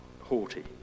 haughty